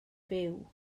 byw